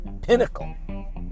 pinnacle